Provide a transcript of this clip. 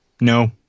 No